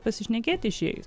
pasišnekėti išėjus